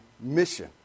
mission